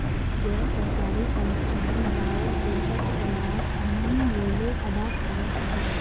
गैर सरकारी संस्थान लाओक देशोक चलवात अहम् रोले अदा करवा होबे